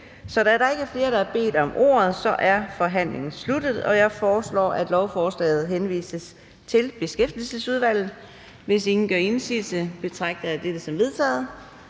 Så da der ikke er flere, som har bedt om ordet, er forhandlingen sluttet. Jeg foreslår, at lovforslaget henvises til Beskæftigelsesudvalget. Hvis ingen gør indsigelse, betragter jeg dette som vedtaget.